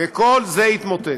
וכל זה יתמוטט.